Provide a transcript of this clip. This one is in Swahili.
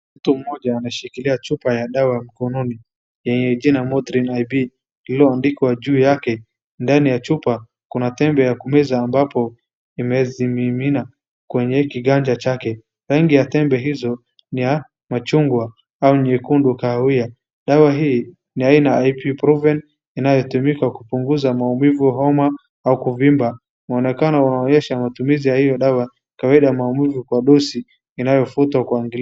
Mtu mmoja ameshikilia chupa ya dawa mkononi yenye jina modrin ib ndani ya chupa kuna tembe ya kumeza ambapo amezimimina kwenye kiganja chake rangi ya tembe hizo ni ya machungwa au nyekundu kawia ,dawa hii ni ya aina ya ipbrufen inayotumika kupunguza maumivu homa au kuvimba ianonekana wanaonyesha matumizi ya hiyo dawa kawaida maumivu.